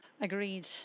Agreed